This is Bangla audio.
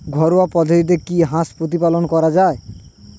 ঘরোয়া পদ্ধতিতে কি হাঁস প্রতিপালন করা যায়?